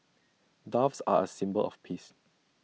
doves are A symbol of peace